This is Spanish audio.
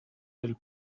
del